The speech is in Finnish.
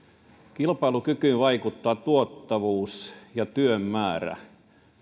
kilpailukykyyn vaikuttaa tuottavuus ja työn määrä